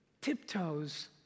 tiptoes